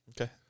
Okay